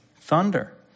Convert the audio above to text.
Thunder